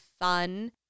fun